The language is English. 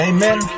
Amen